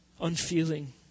unfeeling